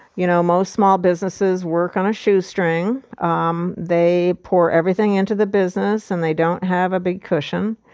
you know, most small businesses work on a shoestring. um they pour everything into the business, and they don't have a big cushion.